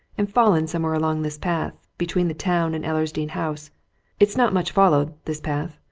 and fallen somewhere along this path, between the town and ellersdeane house it's not much followed, this path.